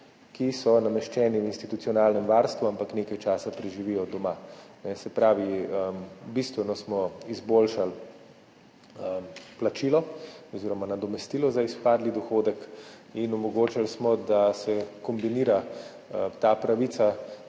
ki so nameščeni v institucionalnem varstvu, ampak nekaj časa preživijo doma. Se pravi, bistveno smo izboljšali plačilo oziroma nadomestilo za izpadli dohodek in omogočili smo, da se kombinira ta pravica